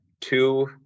two